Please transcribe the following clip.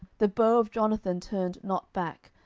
the bow of jonathan turned not back,